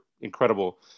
incredible